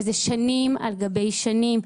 אבל זה שנים על גבי שנים.